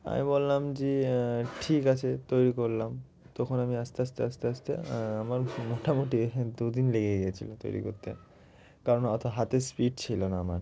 আমি বললাম যে ঠিক আছে তৈরি করলাম তখন আমি আস্তে আস্তে আস্তে আস্তে আমার মোটামুটি দু দিন লেগে গিয়েছিলো তৈরি করতে কারণ অত হাতের স্পিড ছিল না আমার